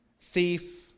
thief